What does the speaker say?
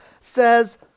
says